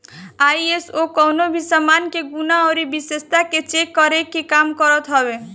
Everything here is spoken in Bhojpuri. आई.एस.ओ कवनो भी सामान के गुण अउरी विशेषता के चेक करे के काम करत हवे